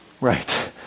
Right